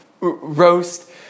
roast